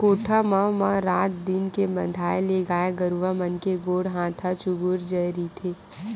कोठा म म रात दिन के बंधाए ले गाय गरुवा मन के गोड़ हात ह चूगूर जाय रहिथे